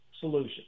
solution